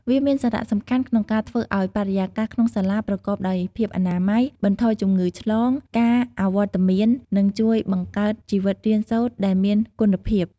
វាមានសារៈសំខាន់ក្នុងការធ្វើឲ្យបរិយាកាសក្នុងសាលាប្រកបដោយភាពអនាម័យ បន្ថយជំងឺឆ្លង ការអវត្តមាន និងជួយបង្កើតជីវិតរៀនសូត្រដែលមានគុណភាព។